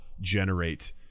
generate